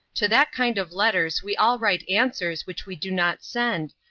to that kind of letters we all write answers which we do not send,